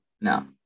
No